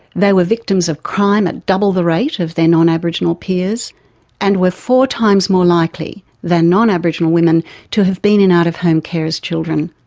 they were victims of crime at double the rate of their non-aboriginal peers and were four times more likely than non-aboriginal women to have been in out-of-home care as children.